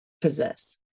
possess